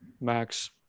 max